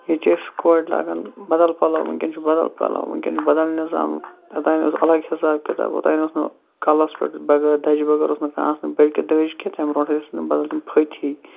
ییٚتہِ چھِ أسۍ کورِ لاگان بَدَل پَلَو ونکیٚن چھُ بَدَل پَلَو ونکیٚن چھُ بَدَل نِظام اوٚتام اوس اَلَگ حساب کِتاب اوٚتام اوس نہٕ کَلَس پٮ۪ٹھ بَغٲر دَجِ بَغٲر اوس نہٕ کانٛہہ آسنان بلکہِ دٔج کہِ تمہِ برونٛٹھ ٲسۍ نہٕ بَدَل تِم پھٔتۍ ہی